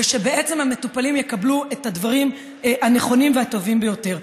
ובעצם המטופלים יקבלו את הדברים הנכונים והטובים ביותר,